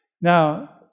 Now